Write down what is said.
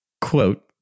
quote